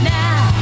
now